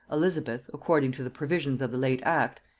elizabeth, according to the provisions of the late act,